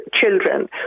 children